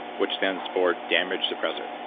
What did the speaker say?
which stands for damage suppressor.